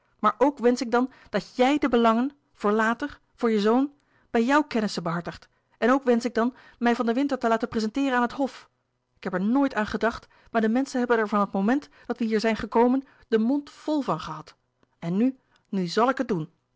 maar ook wensch ik dan dat jij de belangen voor later voor je zoon bij jouw kennissen behartigt en ook wensch ik dan mij van den winter te laten prezenteeren aan het hof ik heb er nooit aan gedacht maar de menschen hebben er van het moment dat wij hier zijn gekomen den mond vol van gehad en nu nu zal ik het doen